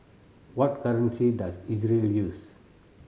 what currency does Israel use